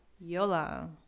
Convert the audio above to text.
Yola